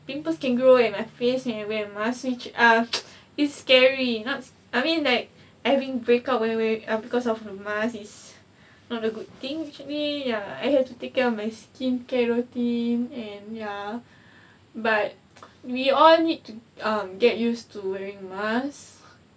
pimples can grow at my face when I wear masks which are it's scary not I mean like having break out when we because of the mask is not a good thing which we ya I have to take care of my skincare routine and ya but we all need to um get used to wearing masks